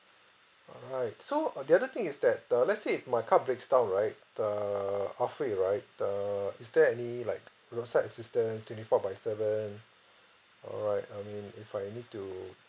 alright so uh the other thing is that uh let's say if my car breaks down right uh halfway right uh is there any like roadside assistant twenty four by seven alright I mean if I need to